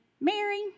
Mary